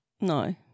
No